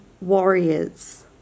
warriors